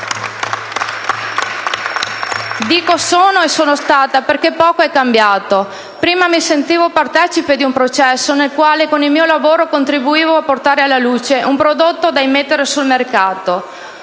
"sono" e "sono stata" perché poco è cambiato. Prima mi sentivo partecipe di un processo nel quale con il mio lavoro contribuivo a portare alla luce un prodotto da immettere sul mercato;